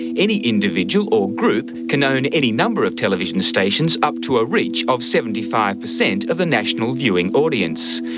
any individual or group can own any number of television stations up to a reach of seventy five percent of the national viewing audience.